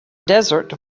desert